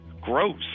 gross